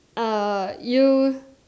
uh you